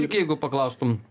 jeigu paklaustum